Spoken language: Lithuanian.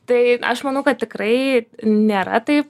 tai aš manau kad tikrai nėra taip